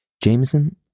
Jameson